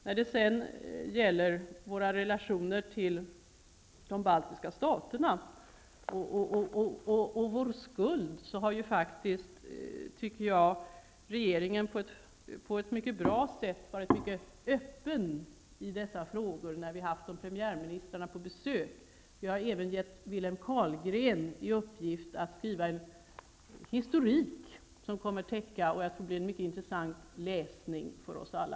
När det gäller våra relationer till de baltiska staterna och vår skuld, har faktiskt regeringen på ett mycket bra sätt varit öppen i dessa frågor, när vi haft premiärministrarna på besök. Vi har även gett Wilhelm Carlgren i uppgift att skriva en historik, och jag tror att det blir en mycket intressant läsning för oss alla.